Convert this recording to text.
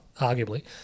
arguably